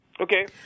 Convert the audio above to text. Okay